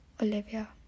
Olivia